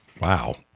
Wow